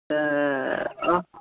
तऽ